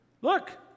look